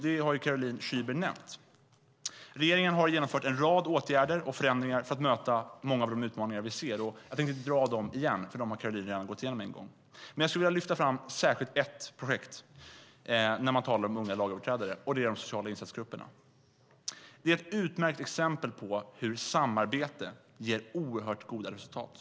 Det har Caroline Szyber nämnt. Regeringen genomfört en rad åtgärder och förändringar för att möta många av utmaningar vi ser. Jag tänkte inte nämna dem igenom eftersom Caroline redan har gjort det en gång. Jag skulle vilja lyfta fram särskilt ett projekt när man talar om unga lagöverträdare. Det är de sociala insatsgrupperna. Det är ett utmärkt exempel på hur samarbete ger oerhört goda resultat.